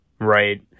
Right